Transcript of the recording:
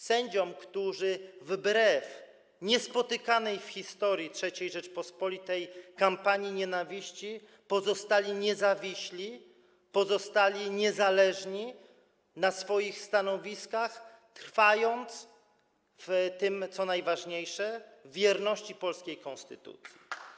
Sędziom, którzy wbrew niespotykanej w historii III Rzeczypospolitej kampanii nienawiści pozostali niezawiśli, pozostali niezależni na swoich stanowiskach, trwając w tym, co najważniejsze, w wierności polskiej konstytucji.